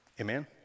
Amen